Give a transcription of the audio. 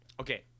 Okay